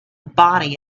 body